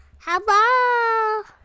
Hello